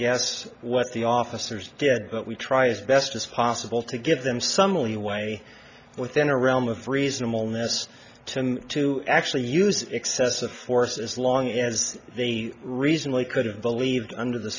guess what the officers did but we try as best as possible to give them some leeway within a realm of reasonableness to to actually use excessive force as long as they reasonably could have believed under the